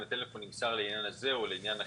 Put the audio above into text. אם מספר הטלפון נמסר לעניין כזה או לעניין אחר.